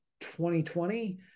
2020